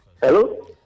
hello